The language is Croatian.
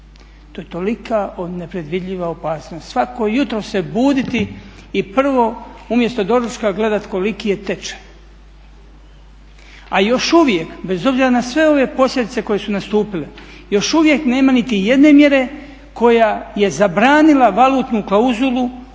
To je tolika nepredvidljiva opasnost. Svako jutro se buditi i prvo umjesto doručka gledati koliki je tečaj. A još uvijek, bez obzira na sve ove posljedice koje su nastupile, još uvijek nema nitijedne mjere koja je zabranila valutnu klauzulu